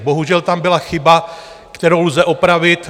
Bohužel tam byla chyba, kterou lze opravit.